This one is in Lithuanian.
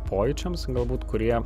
pojūčiams galbūt kurie